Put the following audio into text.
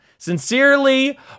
Sincerely